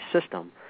system